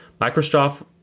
Microsoft